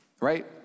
Right